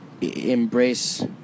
embrace